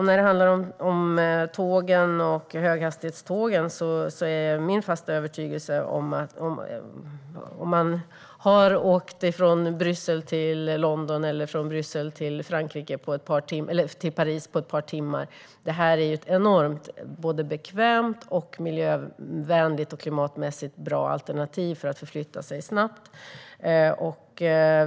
När det handlar om tågen och höghastighetstågen är det min fasta övertygelse att detta är ett enormt bekvämt, miljövänligt och klimatmässigt bra alternativ för att förflytta sig snabbt - till exempel för att kunna åka från Bryssel till London eller Paris på ett par timmar.